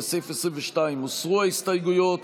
לסעיף 22 הוסרו ההסתייגויות.